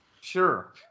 Sure